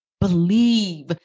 Believe